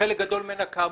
שחלק גדול ממנה חוזר,